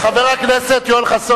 חבר הכנסת חסון.